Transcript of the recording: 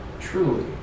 truly